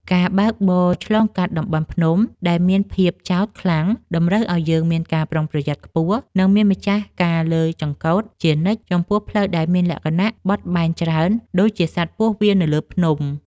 ការបើកបរឆ្លងកាត់តំបន់ភ្នំដែលមានភាពចោតខ្លាំងតម្រូវឱ្យយើងមានការប្រុងប្រយ័ត្នខ្ពស់ និង មានម្ចាស់ការលើចង្កូតជានិច្ចចំពោះផ្លូវដែលមានលក្ខណៈបត់បែនច្រើនដូចជាសត្វពស់វារនៅលើភ្នំ។